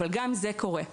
אבל גם זה קורה.